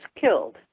killed